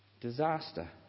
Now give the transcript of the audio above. Disaster